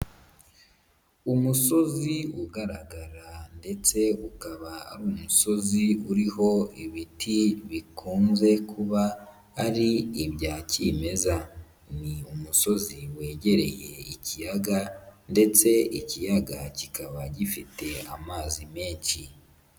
Umusozi ugaragara ndetse ukaba ari umusozi uriho ibiti bikunze kuba ari ibya kimeza, ni umusozi wegereye ikiyaga ndetse ikiyaga kikaba gifite amazi menshi.